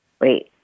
wait